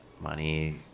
Money